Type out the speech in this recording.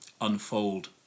unfold